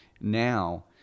now